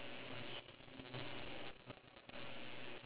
she say five five more minute